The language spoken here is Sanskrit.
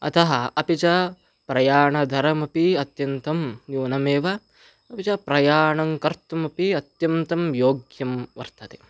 अतः अपि च प्रयाणधरमपि अत्यन्तं न्यूनमेव अपि च प्रयाणं कर्तुमपि अत्यन्तं योग्यं वर्तते